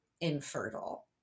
infertile